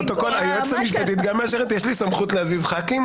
היועצת המשפטית גם מאשרת שיש לי סמכות להזיז חברי כנסת מהמקום?